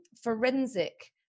forensic